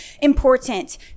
important